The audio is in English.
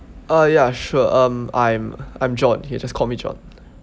ah ya sure um I'm I'm john can just call me john